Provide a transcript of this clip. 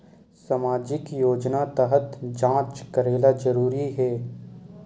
सामजिक योजना तहत जांच करेला जरूरी हे